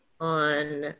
on